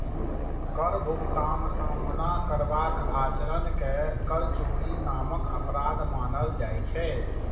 कर भुगतान सं मना करबाक आचरण कें कर चोरी नामक अपराध मानल जाइ छै